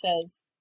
says